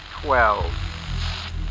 Twelve